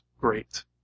great